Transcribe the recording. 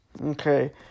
Okay